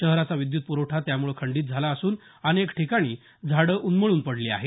शहराचा विद्युत प्रवठा त्यामुळे खंडीत झाला असून अनेक ठिकाणी झाडे उन्मळून पडली आहेत